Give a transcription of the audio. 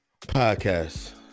podcast